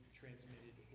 transmitted